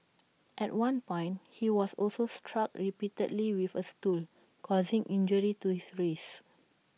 at one point he was also struck repeatedly with A stool causing injury to his wrist